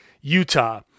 Utah